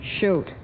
Shoot